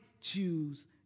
choose